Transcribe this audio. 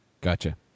Gotcha